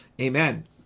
Amen